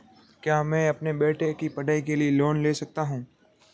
क्या मैं अपने बेटे की पढ़ाई के लिए लोंन ले सकता हूं?